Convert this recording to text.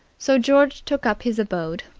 so george took up his abode,